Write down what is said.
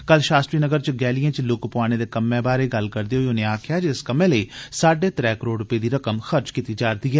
कल शास्त्री नगर च गैलिएं च लुक्क पोआने दे कम्मै बारे गल्ल करदे होई उनें आक्खेआ जे इस कम्मै लेई सज्डे त्रै करोड़ रपे दी रकम खर्च कीती जा'रदी ऐ